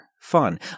fun